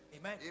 Amen